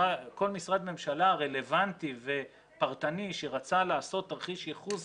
כל משרד ממשלה רלוונטי ופרטני שרצה לעשות תרחיש ייחוס